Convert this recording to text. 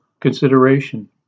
consideration